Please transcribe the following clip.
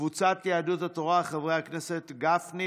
קבוצת סיעת ש"ס: חברי הכנסת יעקב מרגי,